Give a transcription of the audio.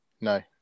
no